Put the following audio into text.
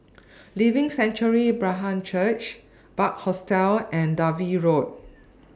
Living Sanctuary Brethren Church Bunc Hostel and Dalvey Road